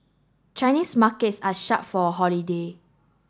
Chinese markets are shut for a holiday